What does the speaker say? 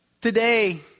Today